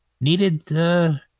needed